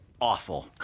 awful